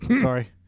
sorry